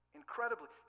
incredibly